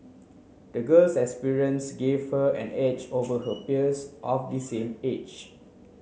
the girl's experience gave her an edge over her peers of the same age